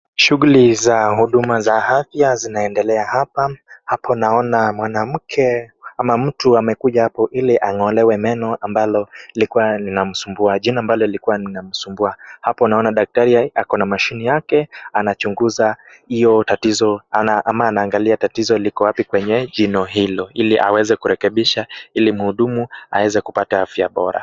Shughuli za huduma za afya zinaendelea hapa. Hapo unaona mwanamke ama mtu amekuja hapo ili ang'olewe meno ambalo lilikuwa linamsumbua, jino ambalo lilikuwa linamsumbua. Hapo unaona daktari ako na mashine yake anachunguza hiyo tatizo ama anaangalia tatizo liko wapi kwenye jino hilo ili aweze kurekebisha ili mhudumu aweze kupata afya bora.